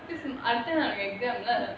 அடுத்து நமக்கு:aduthu namakku exam lah